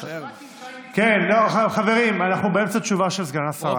שמעתי, חברים, אנחנו באמצע תשובה של סגן השרה.